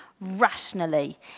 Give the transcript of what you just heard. rationally